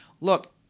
look